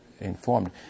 informed